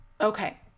Okay